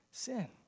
sin